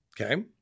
Okay